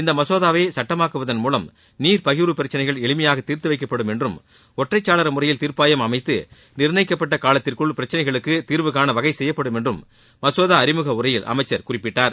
இந்த மசோதாவை சட்டமாக்குவதன் மூலம் நீர்பகிர்வு பிரச்சினைகள் எளிமையாக தீர்த்துவைக்கப்படும் என்றும் ஜற்றைச்சாளர முறையில் தீர்ப்பாயம் அமைத்து நிர்ணயிக்கப்பட்ட காலத்திற்குள் பிரச்சினைகளுக்கு தீர்வுகாண வகைசெய்யப்படும் என்றும் மசோதா அறிமுக உரையில் அமைச்சர் குறிப்பிட்டார்